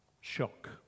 shock